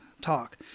talk